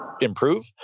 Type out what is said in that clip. improve